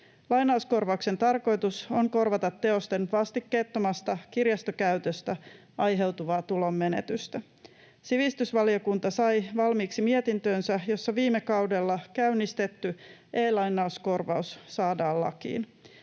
Lainauskorvauksen tarkoitus on korvata teosten vastikkeettomasta kirjastokäytöstä aiheutuvaa tulonmenetystä. Sivistysvaliokunta sai valmiiksi mietintönsä, jossa viime kaudella käynnistetty e-lainauskorvaus saadaan lakiin.